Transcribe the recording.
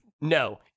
No